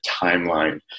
timeline